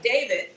david